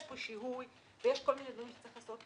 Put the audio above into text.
יש פה שיהוי ויש כל מיני דברים שצריך לעשות,